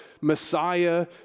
Messiah